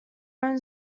own